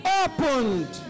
opened